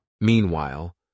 Meanwhile